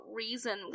reason